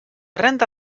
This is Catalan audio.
renda